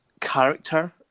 character